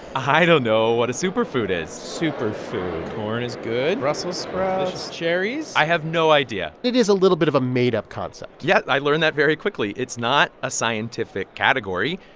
i don't know what a superfood is superfood. corn is good. brussels sprouts. cherries i have no idea it is a little bit of a made-up concept yeah. i learned that very quickly. it's not a scientific category.